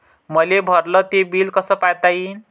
मले भरल ते बिल कस पायता येईन?